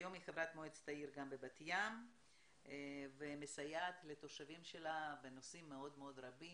היום היא חברת מועצת העיר בת ים ומסייעת לתושבי העיר בנושאים רבים.